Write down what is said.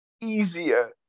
easier